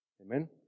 Amen